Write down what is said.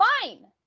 Fine